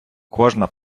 кожна